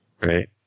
right